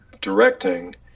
directing